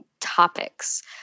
topics